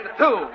two